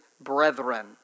brethren